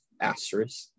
asterisk